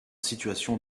situation